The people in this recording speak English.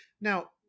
Now